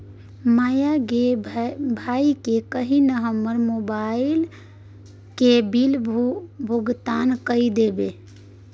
माय गे भैयाकेँ कही न हमर मोबाइल केर बिल भोगतान कए देतै